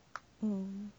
嗯